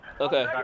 Okay